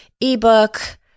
ebook